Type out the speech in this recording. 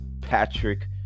patrick